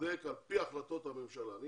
צודק על פי החלטות הממשלה.